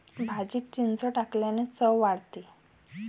भाजीत चिंच टाकल्याने चव वाढते